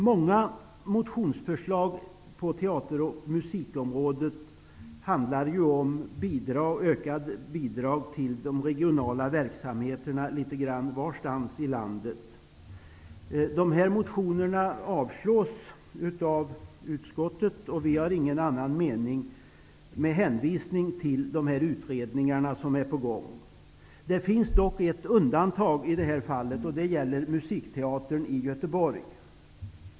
Många motioner på teater och musikområdet handlar om ökat bidrag till de regionala verksamheterna litet varstans i landet. Dessa motioner avslås av utskottet, och med hänvisning till de utredningar som är på gång har vi socialdemokrater ingen annan mening. Det finns dock ett undantag i det här fallet, nämligen Musikteatern i Göteborg.